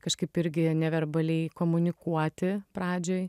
kažkaip irgi neverbaliai komunikuoti pradžioj